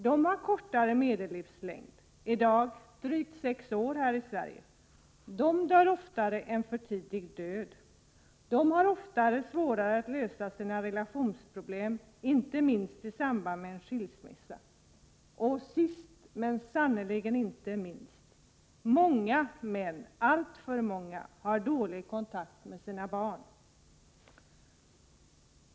De har kortare medellivslängd — i dagsläget drygt sex år kortare här i Sverige — de dör oftare en för tidig död, de har oftare svårt att lösa sina relationsproblem, inte minst i samband med en skilsmässa. Och sist men sannerligen inte minst: Många män, alltför många, har dålig kontakt med sina barn.